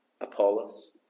Apollos